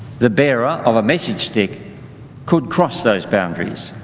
the bearer of a message stick could cross those boundaries.